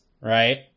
right